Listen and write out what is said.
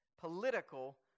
Political